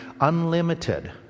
unlimited